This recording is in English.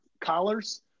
collars